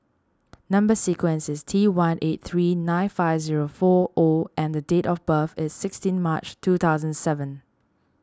Number Sequence is T one eight three nine five zero four O and the date of birth is sixteen March two thousand seven